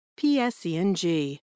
PSENG